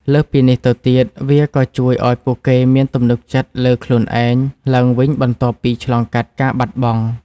លើសពីនេះទៅទៀត វាក៏ជួយឱ្យពួកគេមានទំនុកចិត្តលើខ្លួនឯងឡើងវិញបន្ទាប់ពីឆ្លងកាត់ការបាត់បង់។